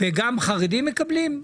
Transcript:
וגם חרדים מקבלים?